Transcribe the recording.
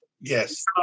Yes